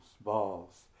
balls